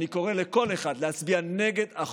ואין כל סיכוי להקים חיים